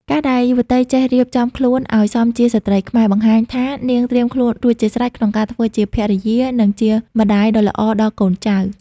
ការដែលយុវតីចេះ "រៀបចំខ្លួនឱ្យសមជាស្ត្រីខ្មែរ" បង្ហាញថានាងត្រៀមខ្លួនរួចជាស្រេចក្នុងការធ្វើជាភរិយា និងជាម្ដាយដ៏ល្អដល់កូនចៅ។